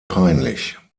peinlich